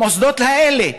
המוסדות האלה,